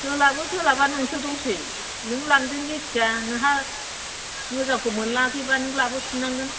सोलाबो सोलाबा नोंसो दंसै नों लांदों जितिया नोंहा मोजांखौ मोनलाङाखैबा नों लाबोफिननांगोन